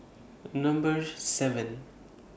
Number seven